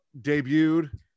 debuted